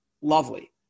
Lovely